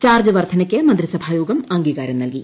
charge വർദ്ധനയ്ക്ക് മന്ത്രിസഭാ യോഗം അംഗീകാരം നൽകി